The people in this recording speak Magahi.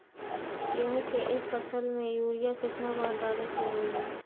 गेंहू के एक फसल में यूरिया केतना बार डाले के होई?